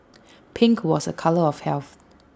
pink was A colour of health